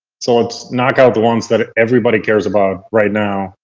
so let's knock out the ones that everybody cares about right now.